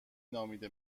نامیده